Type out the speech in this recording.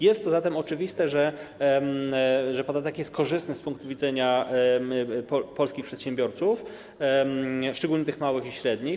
Jest to zatem oczywiste, że podatek jest korzystny z punktu widzenia polskich przedsiębiorców, szczególnie tych małych i średnich.